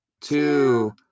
Two